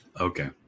okay